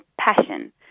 passion